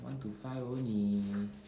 one to five only